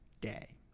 day